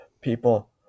people